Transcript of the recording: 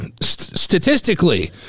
statistically